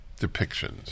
depictions